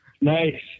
Nice